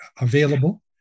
available